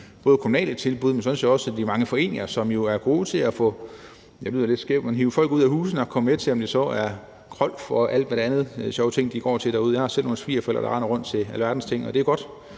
de kommunale tilbud, men sådan set også i de mange foreninger, som jo er gode til – det lyder lidt skævt – at hive folk ud af husene og få dem til at komme med, om det så er krolf eller alle de andre sjove ting, de går til derude. Jeg har selv nogle svigerforældre, der render rundt til alverdens ting, og det er godt.